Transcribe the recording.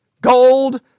gold